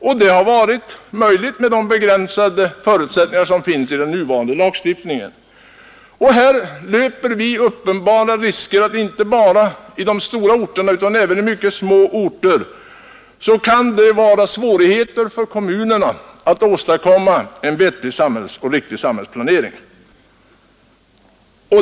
Med de nu begränsade möjligheter för markförvärv till rimliga priser som föreligger för kommunerna finns det uppenbara risker för att inte bara de stora tätorterna utan även mycket små orter kan få svårigheter att åstadkomma en vettig samhällsplanering.